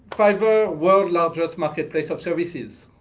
fiverr world largest marketplace of services.